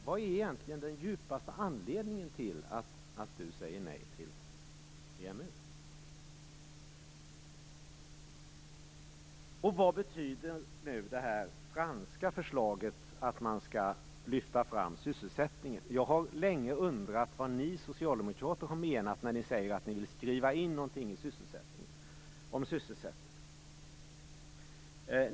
Vad är egentligen den djupaste anledningen till att Erik Åsbrink säger nej till EMU? Vad betyder det franska förslaget att man skall lyfta fram sysselsättningen? Jag har länge undrat vad ni socialdemokrater har menat när ni säger att ni vill skriva in något om sysselsättningen.